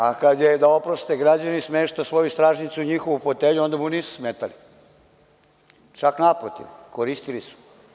A kada je, da oprostite građani, smeštao svoju stražnjicu u njihovu fotelju, onda mu nisu smetali, čak naprotiv, koristili su.